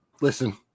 listen